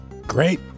great